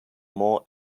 more